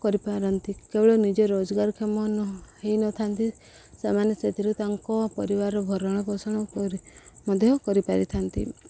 କରିପାରନ୍ତି କେବଳ ନିଜେ ରୋଜଗାରଷମ ହୋଇନଥାନ୍ତି ସେମାନେ ସେଥିରୁ ତାଙ୍କ ପରିବାର ଭରଣ ପୋଷଣ କରି ମଧ୍ୟ କରିପାରିଥାନ୍ତି